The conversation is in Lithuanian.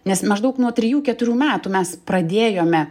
nes maždaug nuo trijų keturių metų mes pradėjome